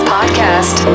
Podcast